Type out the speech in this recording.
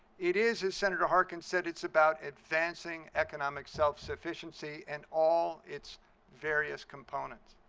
it is, as senator harkin said, it's about advancing economic self-sufficiency and all its various components.